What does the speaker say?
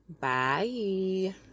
Bye